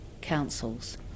councils